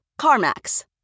CarMax